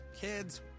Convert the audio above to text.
Kids